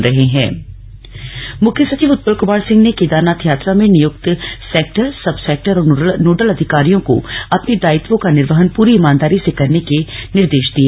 मुख्य सचिव मुख्य सचिव उत्पल कुमार सिंह ने केदारनाथ यात्रा में नियुक्त सैक्टर सब सैक्टर और नोडल अधिकारियों को अपने दायित्वों का निर्वहन पूरी ईमानदारी से करने के निर्देश दिए